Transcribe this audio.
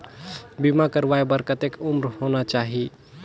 बीमा करवाय बार कतेक उम्र होना चाही?